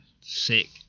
sick